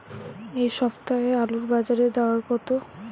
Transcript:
এ সপ্তাহে আলুর বাজারে দর কত?